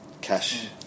cash